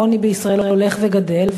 העוני בישראל הולך וגדל,